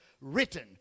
Written